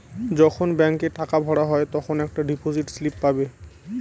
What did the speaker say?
যখন ব্যাঙ্কে টাকা ভরা হয় তখন একটা ডিপোজিট স্লিপ পাবে